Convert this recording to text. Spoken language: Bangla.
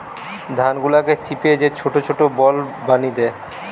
ধান গুলাকে চিপে যে ছোট ছোট বল বানি দ্যায়